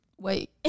wait